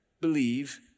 believe